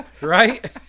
right